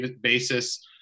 basis